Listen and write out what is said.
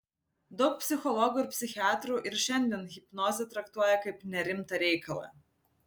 daug psichologų ir psichiatrų ir šiandien hipnozę traktuoja kaip nerimtą reikalą